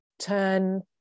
turn